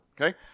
Okay